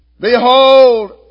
Behold